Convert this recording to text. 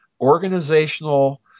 organizational